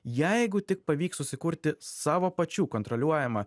jeigu tik pavyks susikurti savo pačių kontroliuojamą